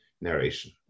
narration